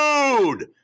food